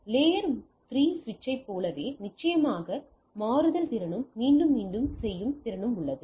layer 3 சுவிட்சைப் போலவே நிச்சயமாக ஒரு மாறுதல் திறனும் மீண்டும் மீண்டும் செய்யும் திறனும் உள்ளது